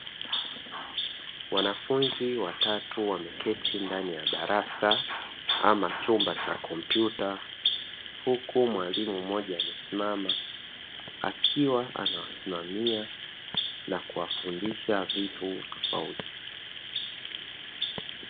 Wanafunzi watatu wameketi ndani ya darasa ama chumba cha kompyuta, huku mwalimu mmoja amesimama, akiwa anawasimamia na kuwafundisha vitu tofauti.